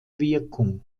wirkung